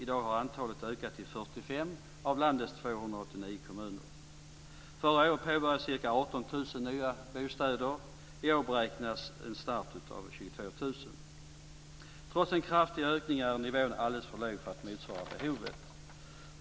I dag har antalet ökat till 45 av landets 289 kommuner. Förra året påbörjades ca 18 000 nya bostäder, och i år beräknas start av 22 000. Trots en kraftig ökning är nivån alldeles för låg för att motsvara behovet.